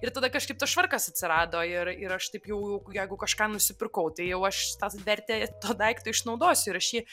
ir tada kažkaip tas švarkas atsirado ir ir aš taip jau jeigu kažką nusipirkau tai jau aš tą vertę to daikto išnaudosiu ir aš jį